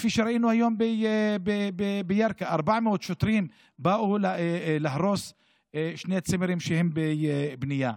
כפי שראינו היום בירכא: 400 שוטרים באו להרוס שני צימרים שהם בבנייה.